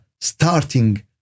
starting